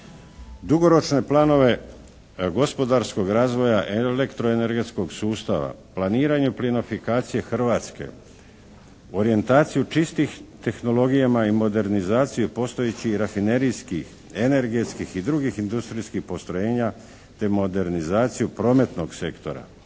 Dugoročne planove gospodarskog razvoja elektro-energetskog sustava, planiranje plinifikacije Hrvatske, orijentaciju čistih tehnologijama i modernizaciju postojećih rafinerijskih, energetskih i drugih industrijskih postrojenja, te modernizaciju prometnog sektora.